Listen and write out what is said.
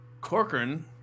Corcoran